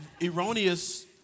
erroneous